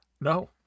No